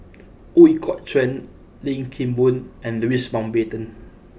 Ooi Kok Chuen Lim Kim Boon and Louis Mountbatten